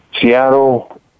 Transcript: Seattle